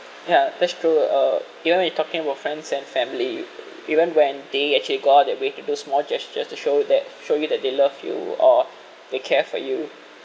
ya that's true uh you know when we talking about friends and family even when they actually go out that way to do small gestures to show that show you that they love you or they care for you